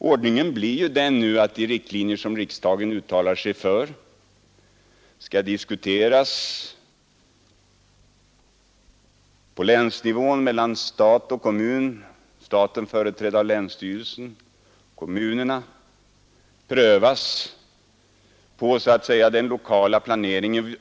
Ordningen blir ju nu den att de riktlinjer som riksdagen uttalar sig för skall diskuteras på länsnivå mellan stat och kommun — staten företrädd av länsstyrelse, och prövas på den lokala planeringen.